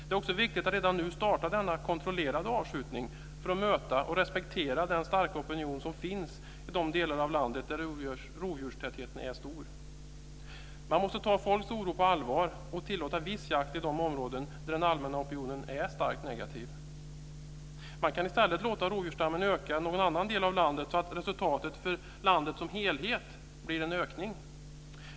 Det är också viktigt att redan nu starta denna kontrollerade avskjutning för att möta och respektera den starka opinion som finns i de delar av landet där rovdjurstätheten är stor. Man måste ta folks oro på allvar och tillåta viss jakt i de områden där den allmänna opinionen är starkt negativ. Man kan i stället låta rovdjursstammen öka i någon annan del av landet så att resultatet för landet som helhet blir en ökning.